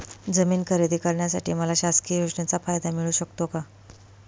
जमीन खरेदी करण्यासाठी मला शासकीय योजनेचा फायदा मिळू शकतो का?